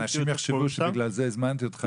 אנשים יחשבו שבגלל זה הזמנתי אותך.